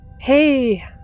Hey